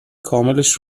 کاملش